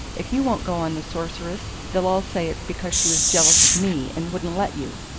if you won't go on the sorceress they'll all say it's because she was jealous of me and wouldn't let you.